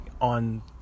on